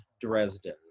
dresden